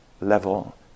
level